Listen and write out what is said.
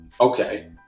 okay